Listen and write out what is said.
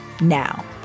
Now